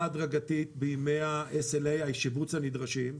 הדרגתית בימי ה-SLA של ימי השיבוץ הנדרשים,